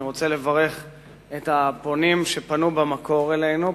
אני רוצה לברך את הפונים שפנו במקור אלינו,